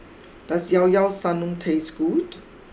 does Llao Llao Sanum taste good